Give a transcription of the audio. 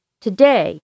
Today